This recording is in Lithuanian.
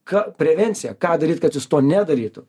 ką prevencija ką daryt kad jis to nedarytų